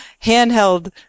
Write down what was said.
handheld